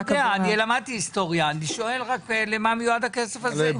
למה מיועד הכסף הזה?